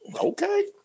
Okay